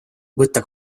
võtta